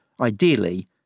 Ideally